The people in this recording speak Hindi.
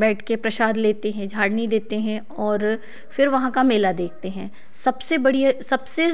बैठके प्रसाद लेते हैं झाड़नी देते हैं और फिर वहाँ का मेला देखते हैं सबसे बढ़िया सबसे